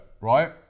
right